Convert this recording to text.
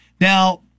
Now